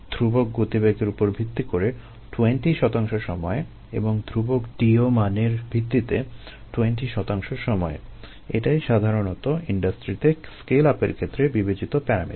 Garcia Ochoa